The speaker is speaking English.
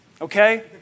Okay